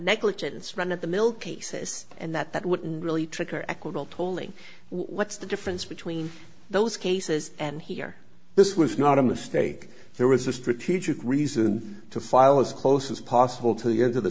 negligence run of the mill cases and that that wouldn't really trigger equable tolling what's the difference between those cases and here this was not a mistake there was a strategic reason to file as close as possible to the end of the